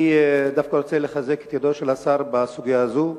אני דווקא רוצה לחזק את ידיו של השר בסוגיה הזאת.